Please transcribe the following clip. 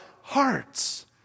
hearts